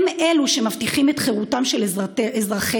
הם אלה שמבטיחים את חירותם של אזרחינו.